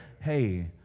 hey